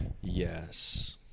Yes